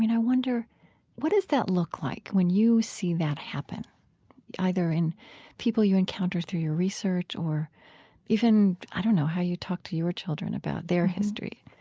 mean, i wonder what does that look like when you see that happen either in people you encounter through your research or even, even, i don't know, how you talk to your children about their history?